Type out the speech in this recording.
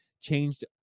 changed